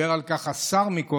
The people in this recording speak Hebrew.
דיבר על כך השר קודם,